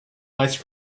ice